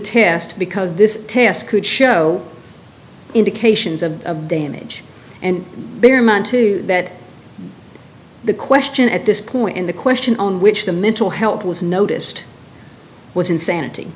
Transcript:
test because this test could show indications of damage and bear in mind too that the question at this point in the question on which the mental help was noticed was insanity